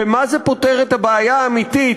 במה זה פותר את הבעיה האמיתית,